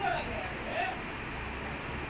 it's only few players who really like pep